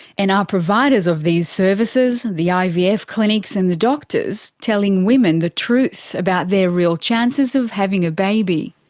and are providers of these services the ivf clinics and the doctors telling women the truth about their real chances of having a baby?